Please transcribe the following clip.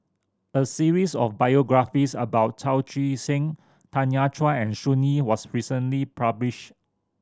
a series of biographies about Chao Tzee Sing Tanya Chua and Sun Yee was recently published